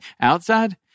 Outside